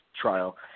trial